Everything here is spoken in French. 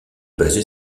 basé